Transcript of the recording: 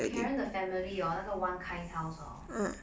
karen 的 family hor 那个 one kind house hor